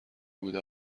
بوده